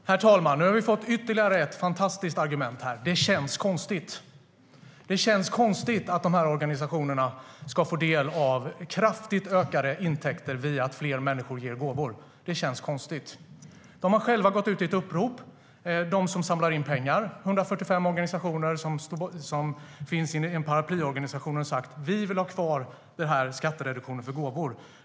Herr talman! Nu har vi fått ytterligare ett fantastiskt argument: Det känns konstigt. För Janine Alm Ericson känns det konstigt att de här organisationerna ska få kraftigt ökade intäkter genom att fler människor ger gåvor.De som samlar in pengar har själva gått ut med ett upprop. 145 organisationer som ingår i en paraplyorganisation har sagt att de vill ha kvar skattereduktionen för gåvor.